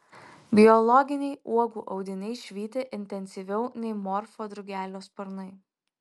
biologiniai uogų audiniai švyti intensyviau nei morfo drugelio sparnai